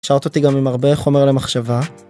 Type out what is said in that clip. השארת אותי גם עם הרבה חומר למחשבה.